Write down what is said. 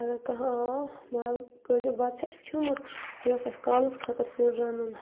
اگر کانٛہہ آو مطلب کٲجُک بَتہٕ چھِ اَسہِ کھیوٚمُت یہِ اوس اَسہِ کالَس خٲطرٕ سیُن رَنُن